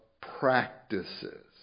practices